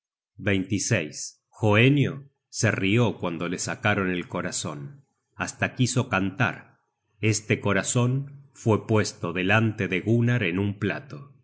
seno hoenio se rió cuando le sacaron el corazon hasta quiso cantar este corazon fue puesto delante de gunnar en un plato se